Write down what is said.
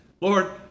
Lord